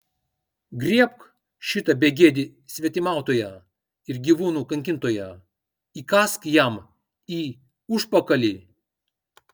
griebk šitą begėdį svetimautoją ir gyvūnų kankintoją įkąsk jam į užpakalį